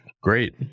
Great